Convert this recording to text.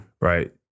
Right